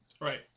Right